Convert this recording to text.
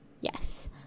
Yes